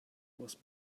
was